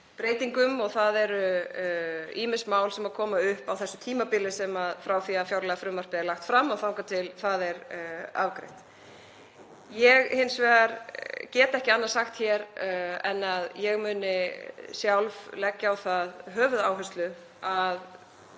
breytingum og það eru ýmis mál sem koma upp á þessu tímabili frá því að fjárlagafrumvarpið er lagt fram og þangað til það er afgreitt. Ég hins vegar get ekki annað sagt en að ég muni sjálf leggja á það höfuðáherslu og